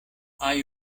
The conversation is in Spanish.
hay